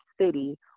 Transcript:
city